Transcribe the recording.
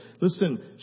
Listen